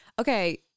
Okay